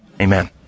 Amen